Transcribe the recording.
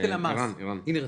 ערן, שנייה.